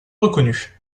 reconnue